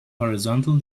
horizontal